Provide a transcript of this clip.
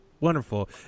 Wonderful